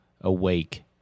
awake